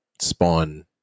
spawn